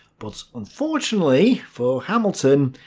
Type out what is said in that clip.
but unfortunately for hamilton,